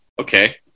okay